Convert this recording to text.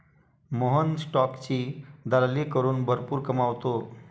मोहन स्टॉकची दलाली करून भरपूर कमावतो